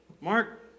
Mark